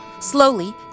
Slowly